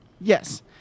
Yes